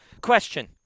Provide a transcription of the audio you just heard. Question